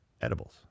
edibles